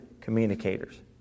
communicators